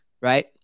right